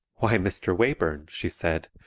why, mr. wayburn, she said,